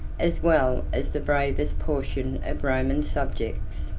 as well as the bravest, portion of roman subjects